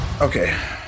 Okay